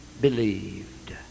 believed